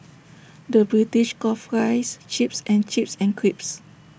the British calls Fries Chips and chips and crisps